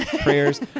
prayers